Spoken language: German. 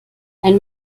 ein